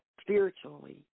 spiritually